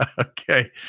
Okay